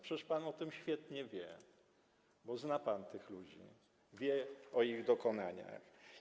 Przecież pan o tym świetnie wie, bo zna pan tych ludzi, wie o ich dokonaniach.